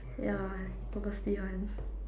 ya he purposely [one]